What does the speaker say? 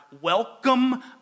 welcome